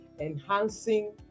enhancing